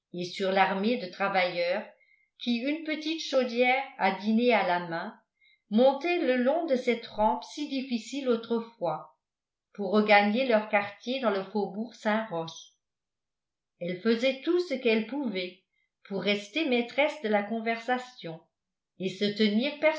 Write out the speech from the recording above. et sur l'armée de travailleurs qui une petite chaudière à dîner à la main montaient le long de cette rampe si difficile autrefois pour regagner leurs quartiers dans le faubourg saint-roch elle faisait tout ce qu'elle pouvait pour rester maîtresse de la conversation et se tenir